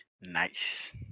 Nice